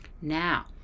Now